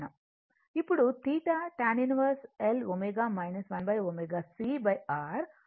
ఇప్పుడు θ tan 1Lω 1 ωC R ఎందుకంటే Z R j